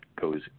goes